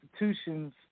institutions